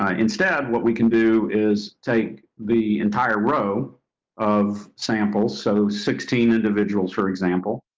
ah instead, what we can do is take the entire row of samples so sixteen individuals, for example,